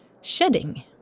shedding